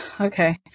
Okay